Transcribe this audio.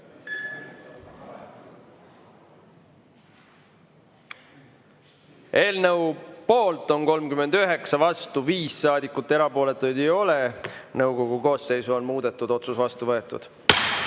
Eelnõu poolt on 39 ja vastu 5 saadikut, erapooletuid ei ole. Nõukogu koosseisu on muudetud, otsus on vastu võetud.